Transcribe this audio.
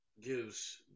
gives